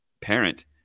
parent